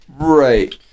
Right